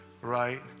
Right